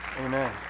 Amen